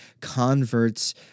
converts